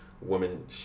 woman